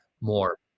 more